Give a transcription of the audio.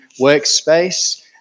workspace